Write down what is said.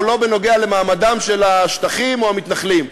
ולא בנוגע למעמדם של השטחים או המתנחלים.